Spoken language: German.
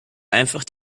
einfach